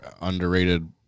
underrated